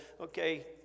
okay